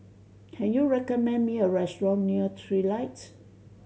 can you recommend me a restaurant near Trilight